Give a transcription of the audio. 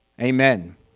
Amen